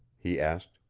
he asked.